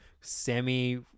semi